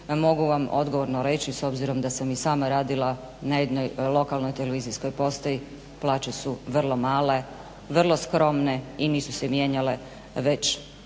Mogu vam odgovorno reći s obzirom da sam i sama radila na jednoj lokalnoj televizijskoj postaji plaće su vrlo male, vrlo skromne i nisu se mijenjale već